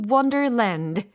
Wonderland